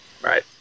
right